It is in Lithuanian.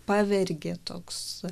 pavergė toks